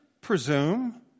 presume